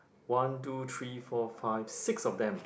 one two three four five six of them